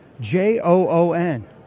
J-O-O-N